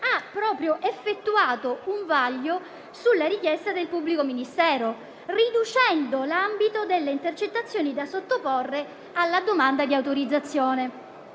ha proprio effettuato un vaglio sulla richiesta del pubblico ministero, riducendo l'ambito delle intercettazioni da sottoporre alla domanda di autorizzazione.